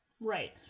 right